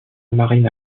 marine